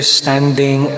standing